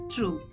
True